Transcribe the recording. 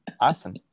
Awesome